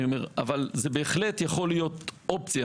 אבל זה בהחלט יכול להיות אופציה.